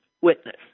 witness